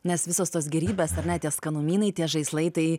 nes visos tos gėrybės ar ne tie skanumynai tie žaislai tai